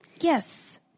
Yes